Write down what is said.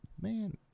man